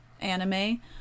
anime